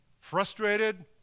Frustrated